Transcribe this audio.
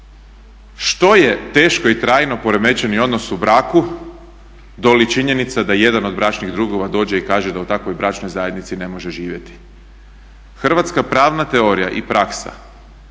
što je teško i trajno poremećeni odnos u braku do li činjenica da jedan od bračnih drugova dođe i kaže da u takvoj bračnoj zajednici ne može živjeti? Hrvatska pravna teorija i praksa